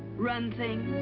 run things.